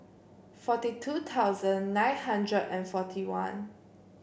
forty two thousand nine hundred and forty one